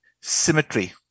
symmetry